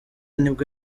nibwo